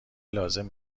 لازم